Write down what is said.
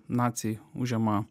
naciai užima